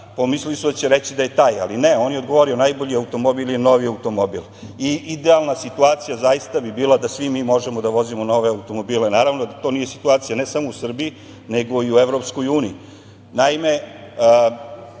pomislili su da će reći da je taj, ali ne, on je odgovorio – najbolji automobil je novi automobil.I idealna situacija zaista bi bila da svi mi možemo da vozimo nove automobile. Naravno da to nije situacija ne samo u Srbiji nego i u EU.